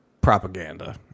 propaganda